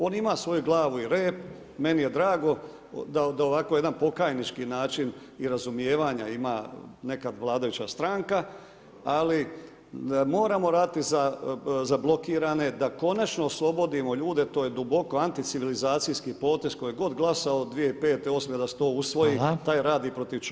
On ima svoju glavu i rep, meni je drago da ovako jedan pokajnički način i razumijevanja ima nekad vladajuća stranka, ali moramo raditi za blokirane da konačno oslobodimo ljude, to je duboko anticivilizacijski potez koji god glasao 2005., 2008. da se to usvoji, taj radi je protiv čovjeka.